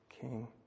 king